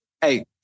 Hey